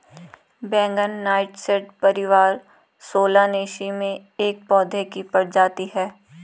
बैंगन नाइटशेड परिवार सोलानेसी में एक पौधे की प्रजाति है